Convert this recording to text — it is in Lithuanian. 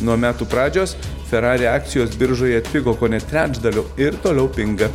nuo metų pradžios ferrari akcijos biržoje pigo kone trečdaliu ir toliau pinga